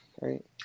Right